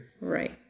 Right